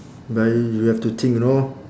but you have to think you know